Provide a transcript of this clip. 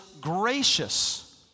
gracious